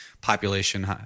population